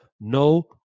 no